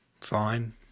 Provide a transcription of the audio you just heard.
fine